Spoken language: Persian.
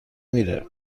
میره